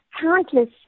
countless